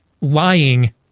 lying